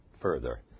further